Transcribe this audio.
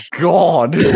God